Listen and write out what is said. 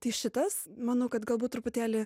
tai šitas manau kad galbūt truputėlį